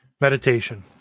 Meditation